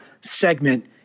segment